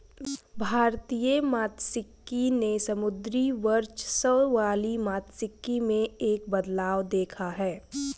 भारतीय मात्स्यिकी ने समुद्री वर्चस्व वाली मात्स्यिकी में एक बदलाव देखा है